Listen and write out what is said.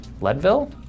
Leadville